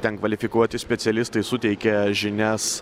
ten kvalifikuoti specialistai suteikia žinias